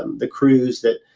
the crews that.